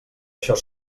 això